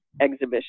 exhibition